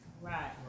Right